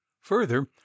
further